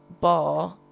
bar